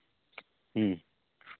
ᱦᱮᱸ